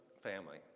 family